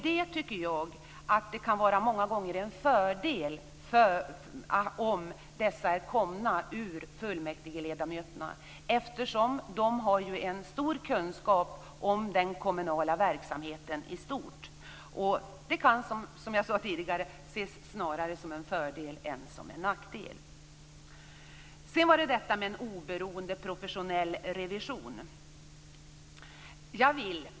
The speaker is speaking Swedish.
Det kan många gånger vara en fördel om de hämtas bland fullmäktigeledamöterna, eftersom de har en stor kunskap om den kommunala verksamheten i stort. Det kan ses som en fördel snarare än en nackdel. I reservation 2 talas också om en oberoende professionell revision.